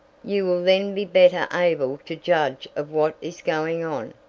you will then be better able to judge of what is going on,